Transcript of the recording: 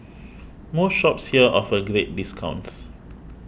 most shops here offer great discounts